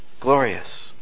Glorious